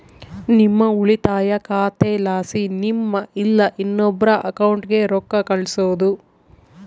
ನಿಮ್ಮ ಉಳಿತಾಯ ಖಾತೆಲಾಸಿ ನಿಮ್ಮ ಇಲ್ಲಾ ಇನ್ನೊಬ್ರ ಅಕೌಂಟ್ಗೆ ರೊಕ್ಕ ಕಳ್ಸೋದು